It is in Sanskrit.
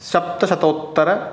सप्तशतोत्तर